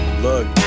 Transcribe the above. Look